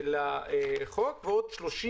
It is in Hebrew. בחוק ועוד 35